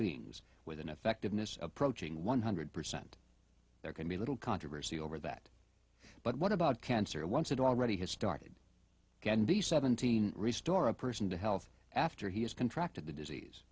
beings with an effectiveness of protein one hundred percent there can be little controversy over that but what about cancer once it already has started can be seventeen restore a person to health after he has contracted the disease